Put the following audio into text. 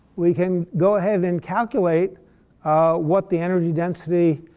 we can go ahead and calculate what the energy density